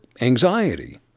anxiety